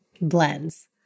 blends